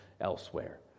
elsewhere